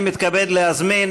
אני מתכבד להזמין